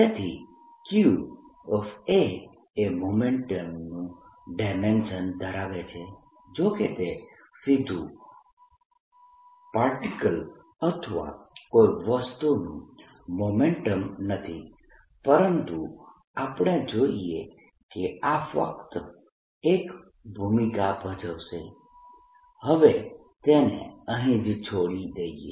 તેથી qA એ મોમેન્ટમનું ડાયમેન્શન ધરાવે છે જો કે તે સીધુ પાર્ટીકલ અથવા કોઈ વસ્તુનું મોમેન્ટમ નથી પરંતુ આપણે જોઈએ કે આ ફક્ત એક ભૂમિકા ભજવશે હવે તેને અહીં જ છોડી દઇએ